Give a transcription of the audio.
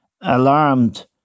alarmed